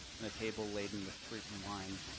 and a table laden with fruit and wine.